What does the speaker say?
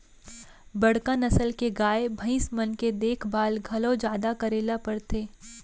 बड़का नसल के गाय, भईंस मन के देखभाल घलौ जादा करे ल परथे